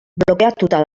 blokeatuta